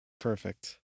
Perfect